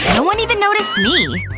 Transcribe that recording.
and one even noticed me